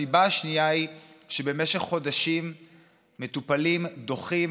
הסיבה השנייה היא שבמשך חודשים מטופלים דוחים